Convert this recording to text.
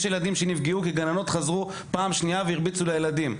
יש ילדים שנפגעו כי גננות חזרו פעם שנייה והרביצו לילדים.